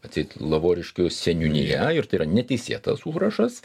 atseit lavoriškių seniūnija ir tai yra neteisėtas užrašas